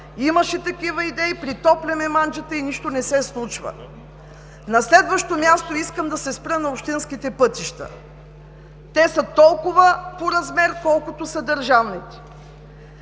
Имаше такива идеи, притопляме манждата и нищо не се случва. На следващо място, искам да се спра на общинските пътища. Те са толкова по размер, колкото са държавните.